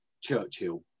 churchill